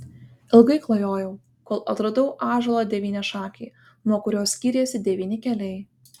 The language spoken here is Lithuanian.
ilgai klajojau kol atradau ąžuolą devyniašakį nuo kurio skyrėsi devyni keliai